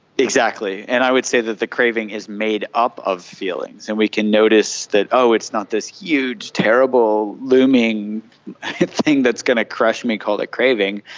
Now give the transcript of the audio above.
exactly, and i would say that the craving is made up of feelings, and we can notice that, oh, it's not this huge, terrible, looming thing that's going to crush me called craving,